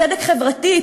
צדק חברתי,